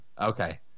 okay